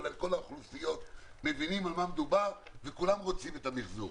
כולל כל האוכלוסיות מבינים על מה מדובר וכולם רוצים מיחזור.